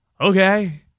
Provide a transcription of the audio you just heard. Okay